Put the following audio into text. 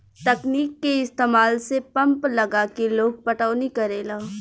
तकनीक के इस्तमाल से पंप लगा के लोग पटौनी करेला